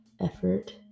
effort